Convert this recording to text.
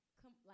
come